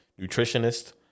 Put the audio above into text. nutritionist